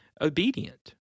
obedient